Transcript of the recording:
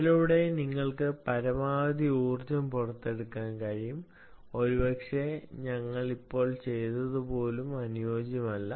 അതിലൂടെ നിങ്ങൾക്ക് പരമാവധി ഊർജ്ജം പുറത്തെടുക്കാൻ കഴിയും ഒരുപക്ഷേ ഞങ്ങൾ ഇപ്പോൾ ചെയ്തതുപോലും അനുയോജ്യമല്ല